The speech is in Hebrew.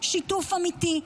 שיתוף אמיתי,